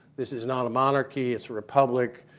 this is not a monarchy, it's a republic.